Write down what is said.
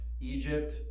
Egypt